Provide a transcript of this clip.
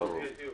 והיא דיור,